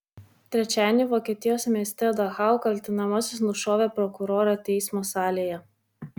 trečiadienį vokietijos mieste dachau kaltinamasis nušovė prokurorą teismo salėje